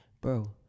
Bro